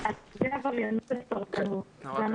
האם